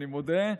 אני מודה,